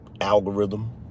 algorithm